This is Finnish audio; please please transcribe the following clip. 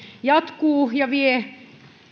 jatkuu ja vie